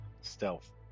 stealth